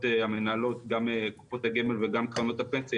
המנהלות גם קופות הגמל וגם קרנות הפנסיה,